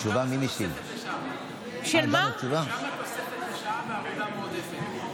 כמה זה תוספת לשעה בעבודה מועדפת?